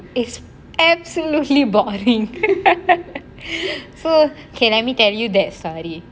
it's absolutely boring so okay let me tell you that story